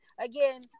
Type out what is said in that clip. again